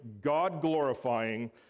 god-glorifying